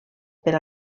per